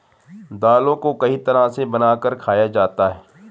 दालों को कई तरह से बनाकर खाया जाता है